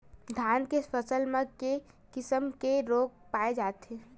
धान के फसल म के किसम के रोग पाय जाथे?